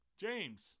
James